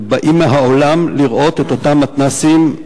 באים מהעולם לראות את אותם מתנ"סים,